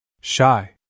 Shy